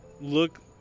look